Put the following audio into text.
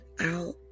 out